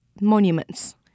Monuments